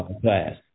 class